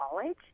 college